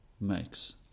makes